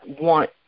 want